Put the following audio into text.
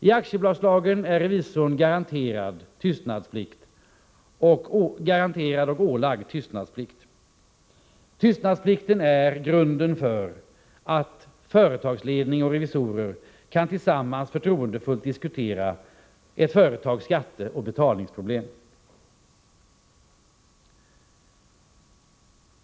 I aktiebolagslagen är revisorn garanterad och ålagd tystnadsplikt. Tystnadsplikten är grunden för att företagsledning och revisor tillsammans förtroendefullt kan diskutera ett företags skatteoch betalningsproblem.